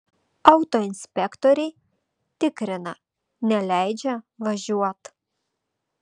autoinspektoriai tikrina neleidžia važiuot